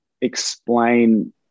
explain